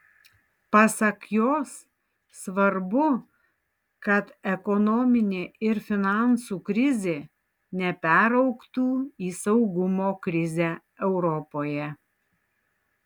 pasak jos svarbu kad ekonominė ir finansų krizė neperaugtų į saugumo krizę europoje